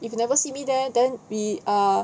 if you never see me there then we err